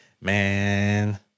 man